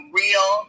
real